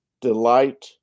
delight